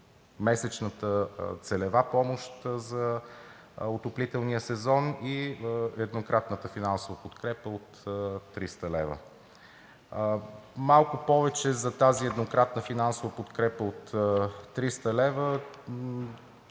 месечна целева помощ за отоплителния сезон и на еднократната финансова подкрепа от 300 лв. Малко повече за тази еднократна финансова подкрепа от 300 лв.